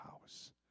house